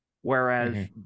Whereas